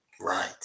Right